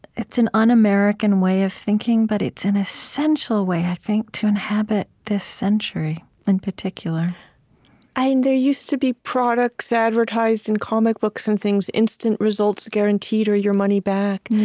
it's an un-american way of thinking, but it's an essential way, i think, to inhabit this century in particular and there used to be products advertised in comic books and things, instant results guaranteed or your money back.